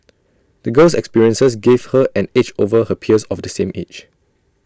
the girl's experiences gave her an edge over her peers of the same age